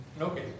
Okay